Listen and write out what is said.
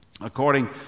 According